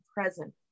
present